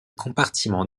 compartiment